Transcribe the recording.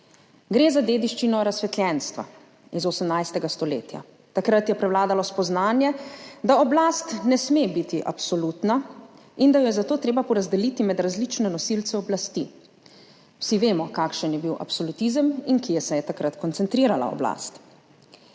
Gre za dediščino razsvetljenstva iz 18. stoletja. Takrat je prevladalo spoznanje, da oblast ne sme biti absolutna in da jo je zato treba porazdeliti med različne nosilce oblasti. Vsi vemo, kakšen je bil absolutizem in kje se je takrat koncentrirala oblast.